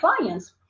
clients